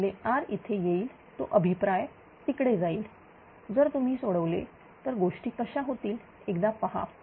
गुणिले R इथे येईल तो अभिप्राय तिकडे जाईल जर तुम्ही सोडवले तर गोष्टी कशा होतील एकदा पहा